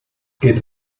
geht